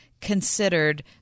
considered